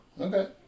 Okay